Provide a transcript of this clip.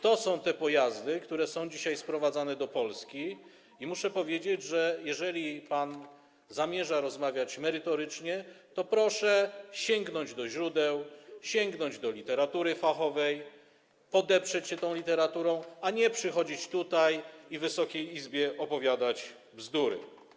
Chodzi o te pojazdy, które są dzisiaj sprowadzane do Polski, i muszę powiedzieć, że jeżeli pan zamierza rozmawiać merytorycznie, to proszę sięgnąć do źródeł, sięgnąć do literatury fachowej, podeprzeć się tą literaturą, a nie przychodzić tutaj i opowiadać Wysokiej Izbie bzdury.